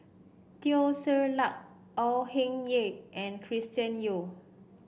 Teo Ser Luck Au Hing Yee and Chris Yeo